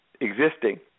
existing